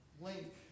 Link